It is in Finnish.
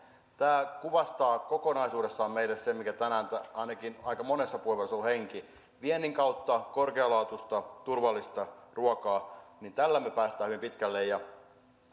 tämä kuvastaa kokonaisuudessaan meille sitä mikä henki tänään ainakin aika monessa puheenvuorossa on ollut viennin kautta korkealaatuista turvallista ruokaa tällä me pääsemme hyvin pitkälle kun